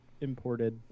imported